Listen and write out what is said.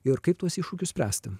ir kaip tuos iššūkius spręsti